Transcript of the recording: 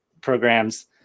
programs